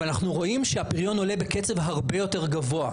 אבל אנחנו רואים שהפריון עולה בקצב הרבה יותר גבוה,